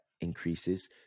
increases